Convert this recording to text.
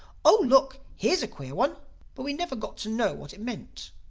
oh, look, here's a queer one but we never got to know what it meant.